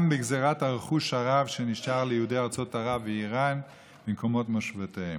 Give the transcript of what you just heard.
בגזלת הרכוש הרב שנשאר ליהודי ארצות ערב ואיראן במקומות מושבותיהם.